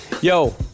Yo